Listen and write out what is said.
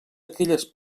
aquelles